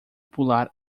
pular